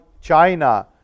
China